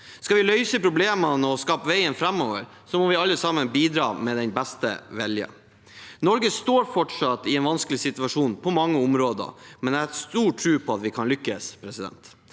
Skal vi løse problemene og skape veien framover, må vi alle sammen bidra med den beste vilje. Norge står fortsatt i en vanskelig situasjon på mange områder, men jeg har stor tro på at vi kan lykkes. Vi